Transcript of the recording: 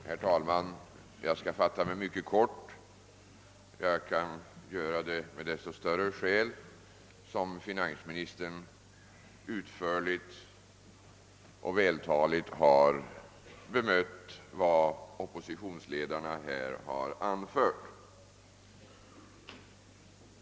Herr talman! Jag skall fatta mig mycket kort. Jag kan göra det med desto större skäl som finansministern utförligt och vältaligt har bemött vad oppositionsledarna här har anfört.